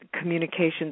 communications